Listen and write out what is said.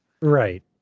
Right